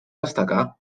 destacar